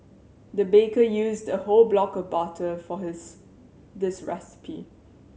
the baker used a whole block of butter for his this recipe